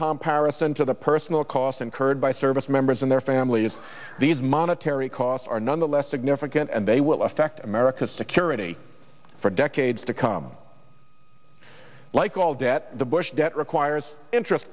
comparison to the personal cost incurred by service members and their families these monetary costs are nonetheless significant and they will affect america's security for decades to come like all debt the bush debt requires interest